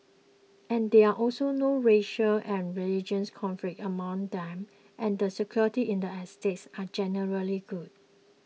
and there are also no racial and religious conflicts among them and security in the estates are generally good